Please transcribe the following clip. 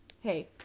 Hey